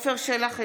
עפר שלח,